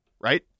right